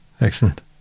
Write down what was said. Excellent